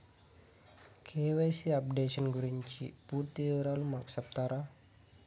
KYC updation గురించి పూర్తి వివరాలు మాకు సెప్తారా?